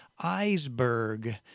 Iceberg